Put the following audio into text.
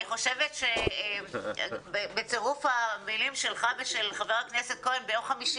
אני חושבת שבצירוף המילים שלך ושל חה"כ כהן ביום חמישי